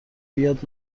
بیاد